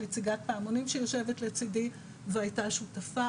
נציגת פעמונים שיושבת לצידי והייתה שותפה.